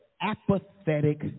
apathetic